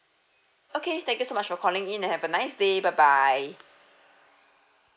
okay thank you so much for calling in and have a nice day bye bye